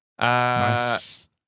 Nice